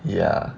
ya